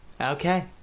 Okay